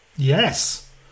Yes